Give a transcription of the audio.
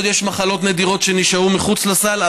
עוד יש מחלות נדירות שנשארו מחוץ לסל,